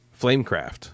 Flamecraft